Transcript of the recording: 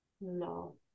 No